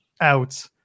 out